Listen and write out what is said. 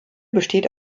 besteht